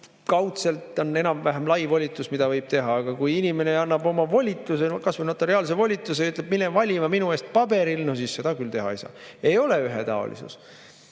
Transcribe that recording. kaudselt on enam-vähem lai volitus, mida võib teha, aga kui inimene annab oma volituse, kas või notariaalse volituse ja ütleb, mine valima minu eest paberil, siis seda küll teha ei saa. Ei ole ühetaolisus.